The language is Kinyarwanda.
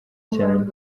cyane